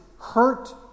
hurt